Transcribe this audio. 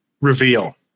reveal